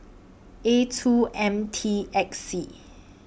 A two M T X C